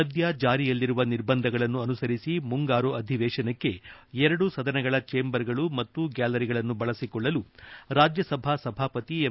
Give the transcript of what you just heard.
ಸದ್ಯ ಜಾರಿಯಲ್ಲಿರುವ ನಿರ್ಬಂಧಗಳನ್ನು ಅನುಸರಿಸಿ ಮುಂಗಾರು ಅಧಿವೇಶನಕ್ಕೆ ಎರಡೂ ಸದನಗಳ ಚೇಂಬರ್ಗಳು ಮತ್ತು ಗ್ಯಾಲರಿಗಳನ್ನು ಬಳಸಿಕೊಳ್ಳಲು ರಾಜ್ಯಸಭಾ ಸಭಾಪತಿ ಎಂ